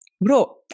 Bro